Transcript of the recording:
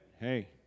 hey